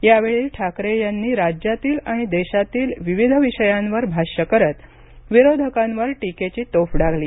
यावेळी ठाकरे यांनी राज्यातील आणि देशातील विविध विषयांवर भाष्य करत विरोधकांवर टीकेची तोफ डागली